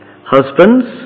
Husbands